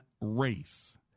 race